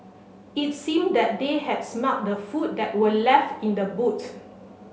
it seemed that they had smelt the food that were left in the boots